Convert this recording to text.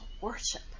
worship